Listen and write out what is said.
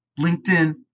LinkedIn